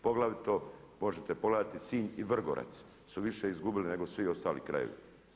Poglavito možete pogledati Sinj i Vrgorac su više izgubili nego svi ostali krajevi.